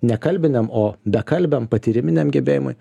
ne kalbinamiam bekalbiam patyriminiam gebėjimui